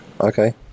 okay